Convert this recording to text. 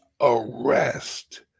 arrest